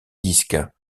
disques